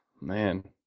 Man